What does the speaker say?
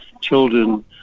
children